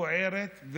בוערת,